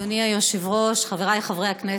אדוני היושב-ראש, חברי חברי הכנסת,